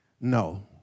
No